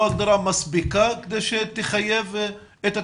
הגדרה מספיקה כדי שהיא תחייב את התקצוב?